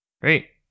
Great